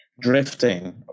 drifting